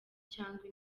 cyangwa